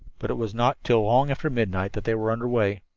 but it was not till long after midnight that they were under way.